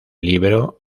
libro